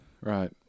right